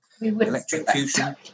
electrocution